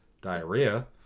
diarrhea